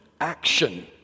action